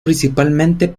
principalmente